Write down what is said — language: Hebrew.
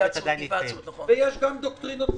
יש רק חובת היוועצות.